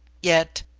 yet,